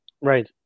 right